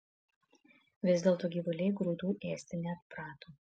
vis dėlto gyvuliai grūdų ėsti neatprato